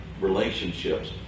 relationships